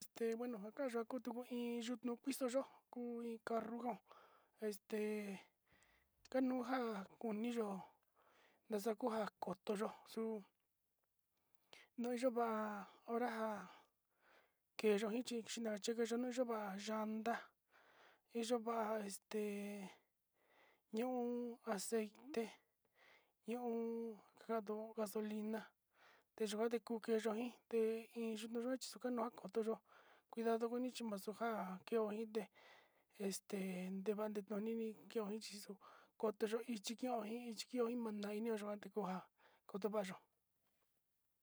Este bueno njakaxu kuu kutu iin, yuu nuu pizo yó hu iin carrujón este kanujan kuni yó, naxakota koto yó xuu nuyuu vá'a hora jan ken yoí chí chinakechio va'a llanda oyo'o va'a este ñó aceite, ñó kando gasolina teyuvade inxonaí te iin nuu axe chikano kuan koto yo'o cuidado koni chi macho nja'a kevo'o ité este nevan dedonini kevaxhito kotoxo itikio hí, chikimandai nuu yua'a tekoja kotevayo'ó.